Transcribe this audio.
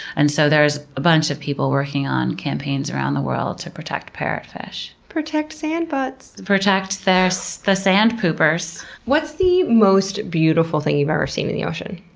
and so there's a bunch of people working on campaigns around the world to protect parrotfish. protect sandbutts! protect the sand poopers! what's the most beautiful thing you've ever seen in the ocean?